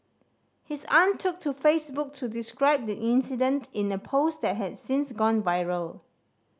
his aunt took to Facebook to describe the incident in a post that has since gone viral